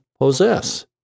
possess